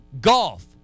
Golf